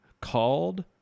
called